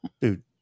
Dude